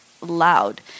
loud